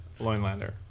Loinlander